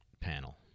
panel